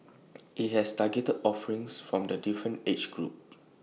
IT has targeted offerings from the different age group